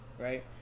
Right